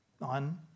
On